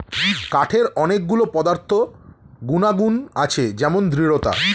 কাঠের অনেক গুলো পদার্থ গুনাগুন আছে যেমন দৃঢ়তা